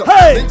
Hey